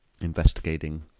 investigating